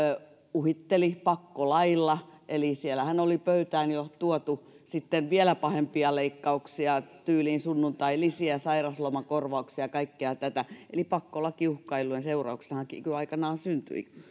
uhitteli pakkolaeilla eli siellähän oli pöytään jo tuotu vielä pahempia leikkauksia tyyliin sunnuntailisiä sairaslomakorvauksia kaikkea tätä eli pakkolakiuhkailujen seurauksenahan kiky aikanaan syntyi